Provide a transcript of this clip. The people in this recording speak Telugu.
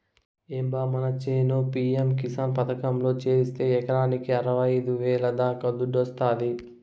ఏం బా మన చేను పి.యం కిసాన్ పథకంలో చేరిస్తే ఎకరాకి అరవైఐదు వేల దాకా దుడ్డొస్తాది